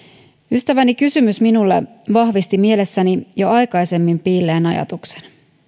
ystäväni kysymys minulle vahvisti mielessäni jo aikaisemmin piilleen ajatuksen